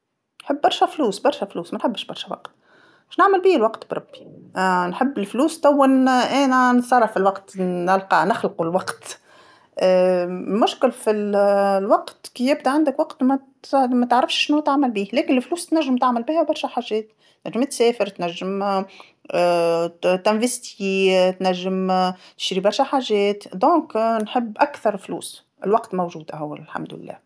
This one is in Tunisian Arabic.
نحب برشا فلوس برشا فلوس ما نحبش برشا وقت، شنعمل بيه الوقت بربي، نحب الفلوس توا أنا نسرع في الوقت، نلقى نخلق الوقت، المشكل في ال- الوقت كي يبدا عندك وقت مات- ما تعرفش شنوا تعمل بيه، لكن الفلوس تنجم تعمل بيها برشا حاجات، تنجم تسافر تنجم ت- تانفاستيي تنجم تشري برشا حاجات، إذن نحب أكثر فلوس، الوقت موجود الحمد لله.